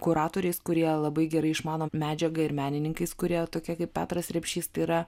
kuratoriais kurie labai gerai išmano medžiagą ir menininkais kurie tokie kaip petras repšys yra